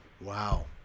wow